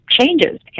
changes